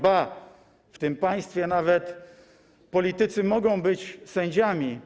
Ba, w tym państwie nawet politycy mogą być sędziami.